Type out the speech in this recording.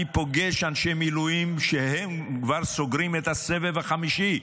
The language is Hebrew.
אני פוגש אנשי מילואים שכבר סוגרים את הסבב החמישי,